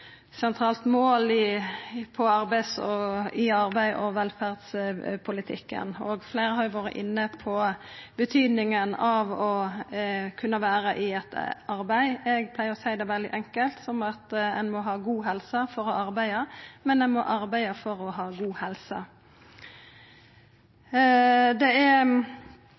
sentralt mål i arbeids- og velferdspolitikken. Fleire har vore inne på betydninga av å kunna vera i arbeid. Eg pleier å seia det veldig enkelt: Ein må ha god helse for å arbeida, men ein må arbeida for å ha god helse. Det er